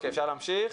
מאיר,